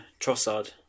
Trossard